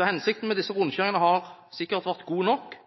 Hensikten med disse rundkjøringene har sikkert vært god, og de er nok